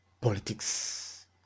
politics